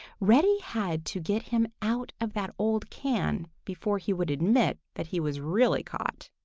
reddy had to get him out of that old can before he would admit that he was really caught.